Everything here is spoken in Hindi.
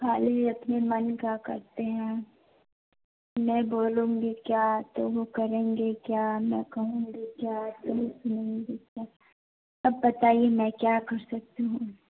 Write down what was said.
ख़ाली अपने मन का करते हैं मैं बोलूँगी क्या तो वो करेंगे क्या मैं कहूँगी क्या तो वो सुनेंगे क्या अब बताइए मैं क्या कर सकती हूँ